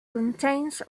contains